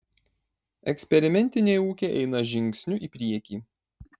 eksperimentiniai ūkiai eina žingsniu į priekį